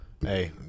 Hey